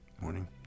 morning